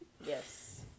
Yes